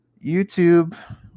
youtube